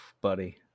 buddy